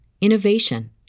innovation